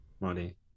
money